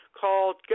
called